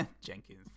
Jenkins